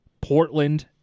Portland